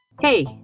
Hey